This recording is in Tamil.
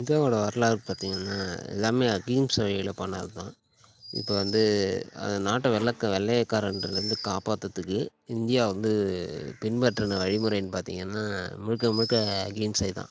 இந்தியாவோட வரலாறு பார்த்தீங்கன்னா எல்லாமே அகிம்சை வழியில பண்ணதுதான் இப்போ வந்து அது நாட்டை வெள்ள வெள்ளையன் காரன்கிட்ட இருந்து காப்பாத்துகிறதுக்கு இந்தியா வந்து பின் பற்றின வழிமுறைனு பார்த்தீங்கனா முழுக்க முழுக்க அகிம்சை தான்